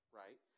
right